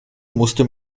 musste